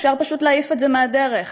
אפשר פשוט להעיף את זה מהדרך.